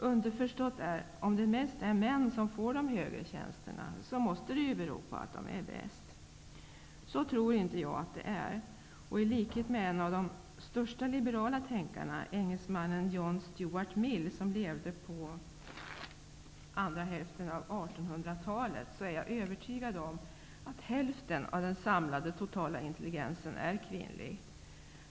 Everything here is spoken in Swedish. Underförstått är, att om det mest är män som får de högre tjänsterna måste det bero på att de är bäst. Så tror inte jag att det är. I likhet med en av de största liberala tänkarna, engelsmannen John Stuart Mill, som levde under andra hälften av 1800 talet, är jag övertygad om att hälften av den samlade totala intelligensen är kvinnlig.